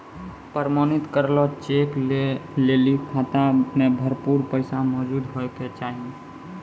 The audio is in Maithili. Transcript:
प्रमाणित करलो चेक लै लेली खाता मे भरपूर पैसा मौजूद होय के चाहि